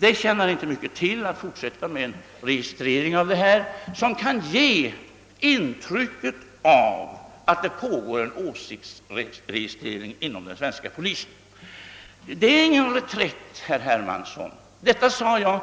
Det tjänar inte mycket till att fortsätta med en registrering som kan ge intryck av att det pågår en åsiktsregistrering inom den svenska polisen. Herr Hermansson, det är ingen reträtt, ty detta sade jag